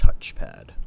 touchpad